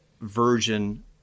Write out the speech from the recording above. version